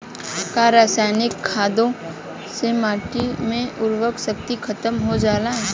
का रसायनिक खादों से माटी क उर्वरा शक्ति खतम हो जाला?